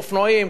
אופנועים,